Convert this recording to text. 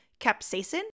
capsaicin